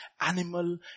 animal